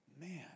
man